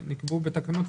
נקבעו בתקנות,